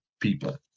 people